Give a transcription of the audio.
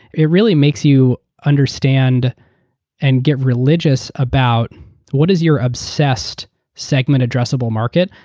it really makes you understand and get religious about what is your obsessed segment addressable market?